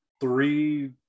three